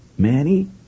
Manny